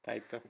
title